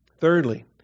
Thirdly